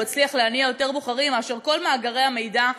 הוא הצליח להניע יותר בוחרים מאשר כל מאגרי המידע ביחד.